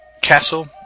castle